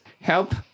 help